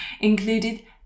included